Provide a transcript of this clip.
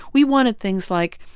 we wanted things like,